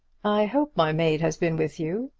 i hope my maid has been with you,